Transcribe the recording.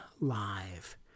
live